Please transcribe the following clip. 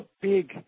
big